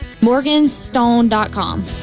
Morganstone.com